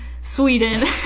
Sweden